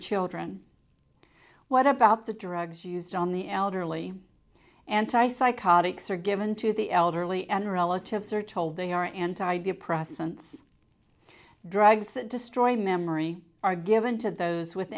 children what about the drugs used on the elderly anti psychotics are given to the elderly and relatives are told they are anti depressants drugs that destroy memory are given to those with